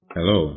Hello